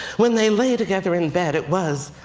when they lay together in bed it was,